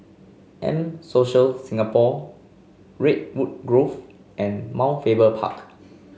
M Social Singapore Redwood Grove and Mount Faber Park